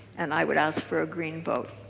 and i would ask for a green vote.